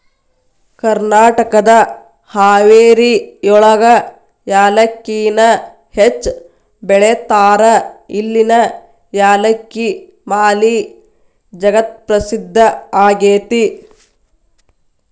ಕರ್ನಾಟಕದ ಹಾವೇರಿಯೊಳಗ ಯಾಲಕ್ಕಿನ ಹೆಚ್ಚ್ ಬೆಳೇತಾರ, ಇಲ್ಲಿನ ಯಾಲಕ್ಕಿ ಮಾಲಿ ಜಗತ್ಪ್ರಸಿದ್ಧ ಆಗೇತಿ